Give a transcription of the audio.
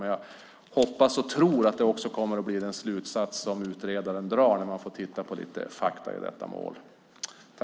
Jag både hoppas och tror att det blir den slutsats som utredaren drar när man fått titta på lite fakta i detta ärende.